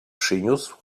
przyniósł